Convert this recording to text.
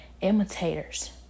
imitators